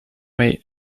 may